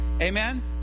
Amen